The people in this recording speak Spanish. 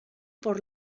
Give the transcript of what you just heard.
por